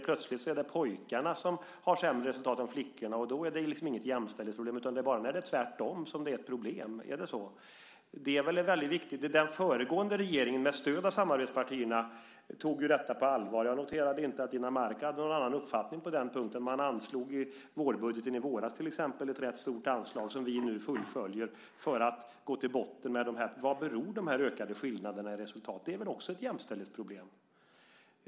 Plötsligt är det pojkarna som har sämre resultat än flickorna, och då är det inget jämställdhetsproblem. Det är bara när det är tvärtom som det är ett problem. Är det så? Den föregående regeringen, med stöd av samarbetspartierna, tog detta på allvar. Jag noterade inte att Dinamarca hade någon annan uppfattning på den punkten. I vårbudgeten i våras anslog man till exempel ett rätt stort belopp som vi nu fullföljer för att gå till botten med detta och se vad de här ökade skillnaderna i resultat beror på. Det är väl också ett jämställdhetsproblem?